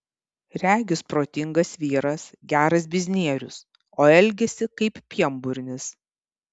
regis protingas vyras geras biznierius o elgiasi kaip pienburnis